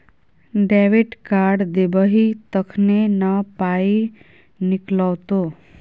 debit card देबही तखने न पाइ निकलतौ